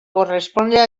correspondre